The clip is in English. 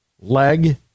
leg